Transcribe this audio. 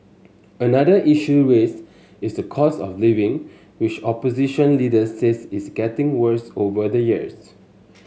another issue raised is the cost of living which opposition leaders says is getting worse over the years